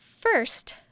First